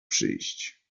przyjść